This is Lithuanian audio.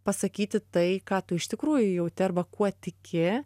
pasakyti tai ką tu iš tikrųjų jauti arba kuo tiki